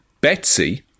Betsy